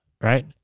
Right